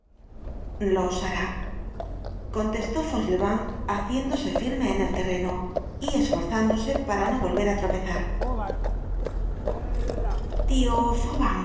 los harál contestó fauchelevent haciéndose firme en el terreno y esforzándose para no volver á tropezar tío